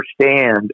understand